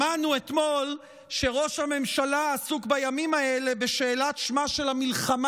שמענו אתמול שראש הממשלה עסוק בימים האלה בשאלת שמה של המלחמה